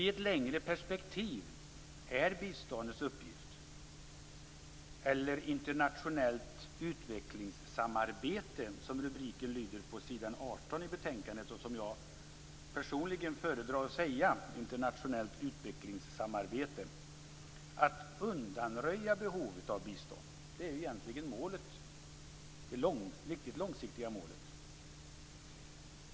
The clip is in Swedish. I ett längre perspektiv är biståndets uppgift - det kallas internationellt utvecklingssamarbete i rubriken på s. 18 i betänkandet, och jag föredrar personligen att säga så - att undanröja behov av bistånd. Det är egentligen det mycket långsiktiga målet.